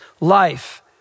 life